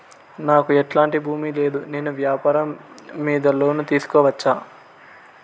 నాకు ఎట్లాంటి భూమి లేదు నేను వ్యాపారం మీద లోను తీసుకోవచ్చా?